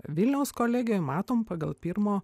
vilniaus kolegijoj matome pagal pirmo